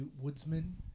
woodsman